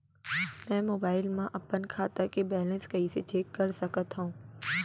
मैं मोबाइल मा अपन खाता के बैलेन्स कइसे चेक कर सकत हव?